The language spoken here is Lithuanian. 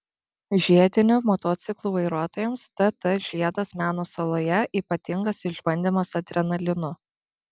žiedinių motociklų vairuotojams tt žiedas meno saloje ypatingas išbandymas adrenalinu